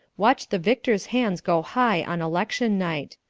watch the victors' hands go high on election night.